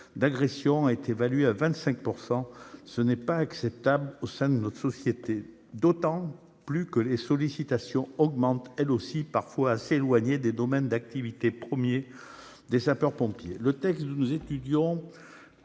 agressions a été évaluée autour de 25 %. Cela n'est pas acceptable au sein de notre société, d'autant que les sollicitations augmentent elles aussi et sont parfois assez éloignées des domaines d'activité premiers des sapeurs-pompiers. Le texte que nous examinons